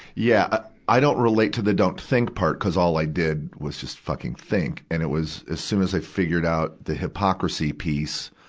yeah, i don't relate to the don't think part, cuz all i did was just fucking think, and it was, as soon as i figured out the hypocrisy piece,